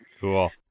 Cool